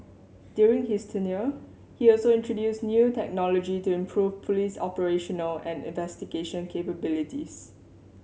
during his tenure he also introduced new technology to improve police operational and investigation capabilities